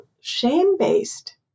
shame-based